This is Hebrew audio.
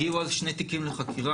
הגיעו אז שני תיקים לחקירה,